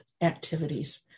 activities